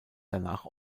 danach